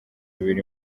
biri